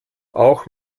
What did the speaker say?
auch